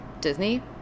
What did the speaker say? Disney